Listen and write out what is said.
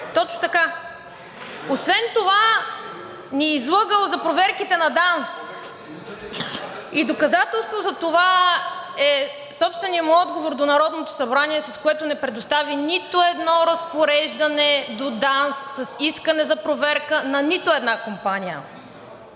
Точно така! Освен това ни е излъгал за проверките на ДАНС и доказателство за това е собственият му отговор до Народното събрание, с което не предостави нито едно разпореждане до ДАНС с искане за проверка на нито една компания.